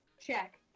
check